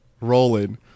rolling